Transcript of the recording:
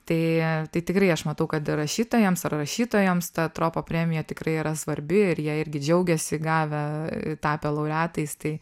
tai tai tikrai aš matau kad ir rašytojams ar rašytojoms ta tropo premija tikrai yra svarbi ir jie irgi džiaugiasi gavę tapę laureatais tai